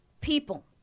people